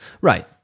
Right